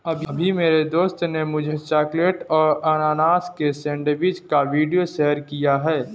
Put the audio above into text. अभी मेरी दोस्त ने मुझे चॉकलेट और अनानास की सेंडविच का वीडियो शेयर किया है